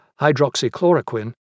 hydroxychloroquine